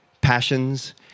passions